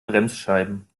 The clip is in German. bremsscheiben